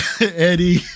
Eddie